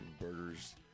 burgers